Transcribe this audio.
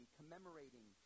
commemorating